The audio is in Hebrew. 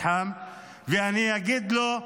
ואני אגיד לו: